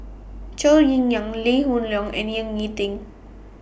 Zhou Ying NAN Lee Hoon Leong and Ying E Ding